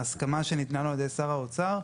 ההסכמה שניתנה לו על ידי שר האוצר,